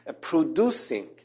producing